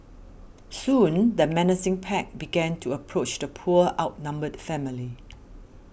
soon the menacing pack began to approach the poor outnumbered family